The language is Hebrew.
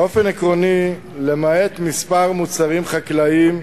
באופן עקרוני, למעט כמה מוצרים חקלאיים,